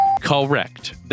Correct